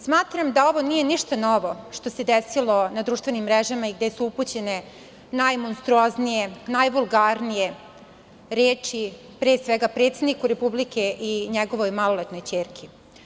Smatram da ovo nije ništa novo što se desilo na društvenim mrežama i gde su upućene najmonstruoznije, najvulgarnije reči pre svega predsedniku Republike i njegovoj maloletnoj ćerki.